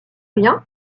rien